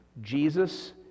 Jesus